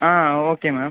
ah okay ma'am